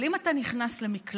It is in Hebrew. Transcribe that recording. אבל אם אתה נכנס למקלט,